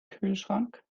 kühlschrank